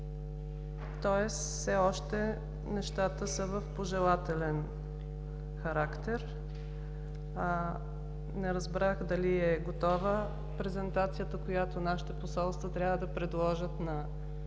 тоест все още нещата са в пожелателен характер. Не разбрах дали е готова презентацията, която нашите посолства трябва да предложат